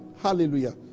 Hallelujah